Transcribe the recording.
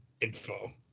info